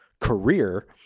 career